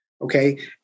Okay